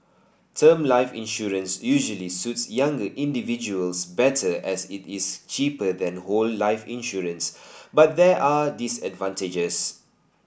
term life insurance usually suit younger individuals better as it is cheaper than whole life insurance but there are disadvantages